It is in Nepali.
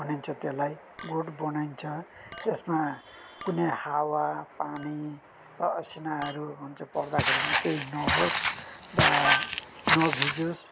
भनिन्छ त्यसलाई गोठ बनाइन्छ त्यसमा कुनै हावा पानी वा असिनाहरू पर्दाखेरि पनि केही नहोस् वा नभिजोस्